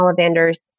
Ollivander's